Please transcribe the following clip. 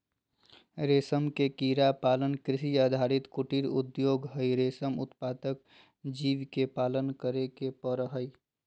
रेशम के कीड़ा पालन कृषि आधारित कुटीर उद्योग हई, रेशम उत्पादक जीव के पालन करे के पड़ हई